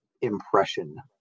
impression